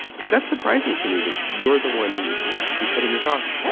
because that's surprising to me that you're the one who who's cutting this off.